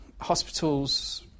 hospitals